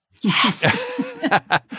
Yes